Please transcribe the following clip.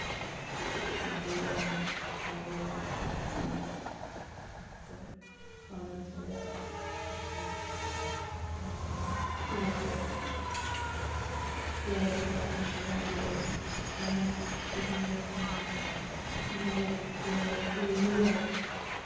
पसंद बी बड़ा आंदा सारे गै पांदे न चलो पाना चाहिदा बाकी एह्दे च केईं बारी बज़ार कपड़े लैन जाओ ते इ'यां शैल फिटिंग अच्छी नेईं इ'यां लगदी फिर लेई बी आए